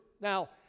Now